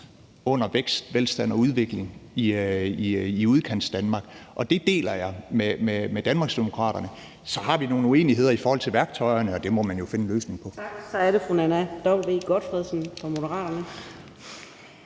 under vækst, velstand og udvikling i Udkantsdanmark. Det deler jeg med Danmarksdemokraterne. Så har vi nogle uenigheder i forhold til værktøjerne, og det må man jo finde en løsning på.